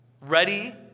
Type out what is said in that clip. ready